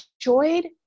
enjoyed